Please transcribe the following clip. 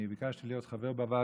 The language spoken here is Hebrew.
אני ביקשתי להיות חבר בוועדה